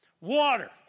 water